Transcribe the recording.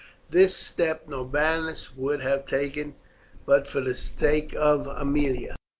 this step norbanus would have taken but for the sake of aemilia.